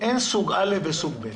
אין סוג א' וסוג ב'.